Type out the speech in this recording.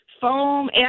Foam